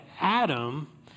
Adam